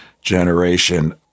generation